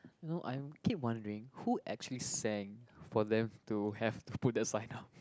no I keep wondering who actually sang for them to have to put that sign up